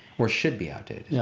or should be outdated. yeah